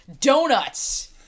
Donuts